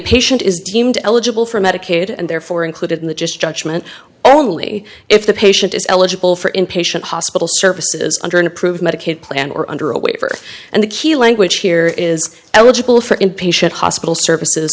patient is deemed eligible for medicaid and therefore included in the just judgment only if the patient is eligible for inpatient hospital services under an approved medicaid plan or under a waiver and the key language here is eligible for inpatient hospital services